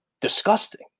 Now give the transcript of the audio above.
disgusting